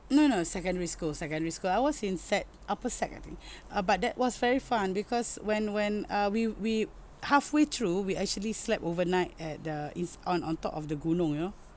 no no secondary school secondary school I was in sec upper sec I think uh but that was very fun because when when uh we we halfway through we actually slept overnight at the is on on top of the gunung you know